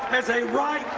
as a right,